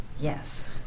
Yes